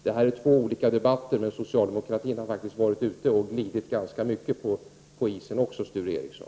Det här är två olika debatter, men socialdemokratin har varit ute och glidit ganska mycket på isen också, Sture Ericson.